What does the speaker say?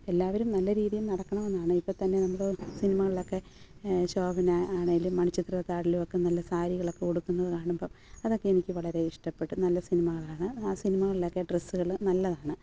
എല്ലാവരും നല്ല രീതിയിൽ നടക്കണമെന്നാണ് ഇപ്പോൾത്തന്നെ നമ്മൾ സിനിമകളിലൊക്കെ ശോഭന ആണെങ്കിലും മണിച്ചിത്രത്താഴിലും ഒക്കെ നല്ല സാരികളൊക്കെ ഉടുക്കുന്നതു കാണുമ്പം അതൊക്കെ എനിക്ക് വളരെ ഇഷ്ടപ്പെട്ടു നല്ല സിനിമകളാണ് ആ സിനിമകളിലൊക്കെ ഡ്രസ്സുകൾ നല്ലതാണ്